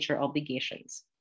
obligations